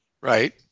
Right